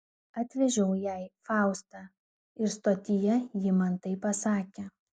atvežiau jai faustą ir stotyje ji man tai pasakė